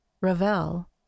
Ravel